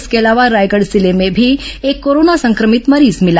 इसके अलावा रायगढ़ जिले में भी एक कोरोना संक्रमित मरीज मिला